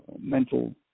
mental